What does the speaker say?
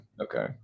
okay